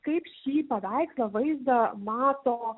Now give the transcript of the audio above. kaip šį paveikslą vaizdą mato